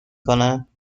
کند